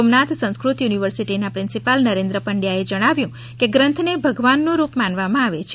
સોમનાથ સંસ્કૃત યુનિવર્સિટીના પ્રિન્સીપાલ નરેન્દ્ર પંડ્યાએ જણાવ્યું કે ગ્રંથને ભગવાન રૂપ માનવામાં આવે છે